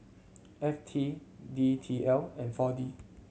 F T D T L and Four D